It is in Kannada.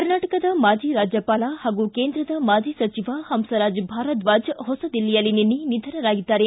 ಕರ್ನಾಟಕದ ಮಾಜಿ ರಾಜ್ಯಪಾಲ ಹಾಗೂ ಕೇಂದ್ರದ ಮಾಜಿ ಸಚಿವ ಹಂಸರಾಜ್ ಭಾರದ್ವಾಜ್ ಹೊಸದಿಲ್ಲಿಯಲ್ಲಿ ನಿನ್ನೆ ನಿಧನರಾಗಿದ್ದಾರೆ